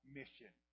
mission